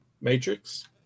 Matrix